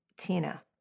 Tina